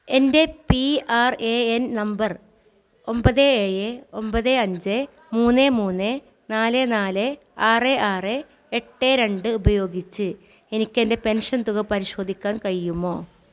എന്റെ P R A N number ഒമ്പത് ഏഴ് ഒമ്പത് അഞ്ച് മൂന്ന് മൂന്ന് നാല് നാല് ആറ് ആറ് എട്ട് രണ്ട് ഉപയോഗിച്ച് എനിക്ക് എന്റെ പെൻഷൻ തുക പരിശോധിക്കാൻ കൈയുമോ